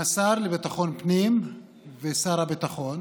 מהשר לביטחון הפנים ומשר הביטחון